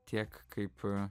tiek kaip